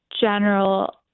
general